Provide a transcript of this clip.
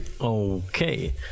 okay